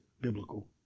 biblical